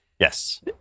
Yes